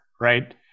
right